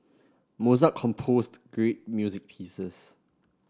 Mozart composed great music pieces